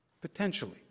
potentially